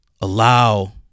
allow